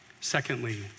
Secondly